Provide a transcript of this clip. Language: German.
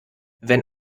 wenn